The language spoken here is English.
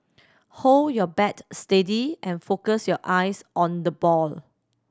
hold your bat steady and focus your eyes on the ball